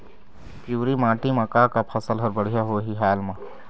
पिवरी माटी म का का फसल हर बढ़िया होही हाल मा?